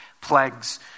plagues